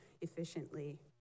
efficiently